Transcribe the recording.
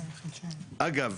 אגב,